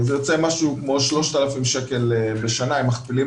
זה יוצא משהו כמו 3,000 שקל בשנה אם מכפילים